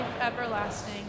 everlasting